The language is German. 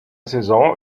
saison